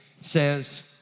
says